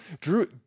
Drew